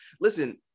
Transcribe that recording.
listen